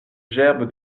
gerbe